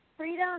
Freedom